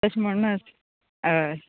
तश म्हूण्णच हय